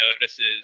notices